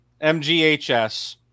MGHS